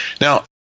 Now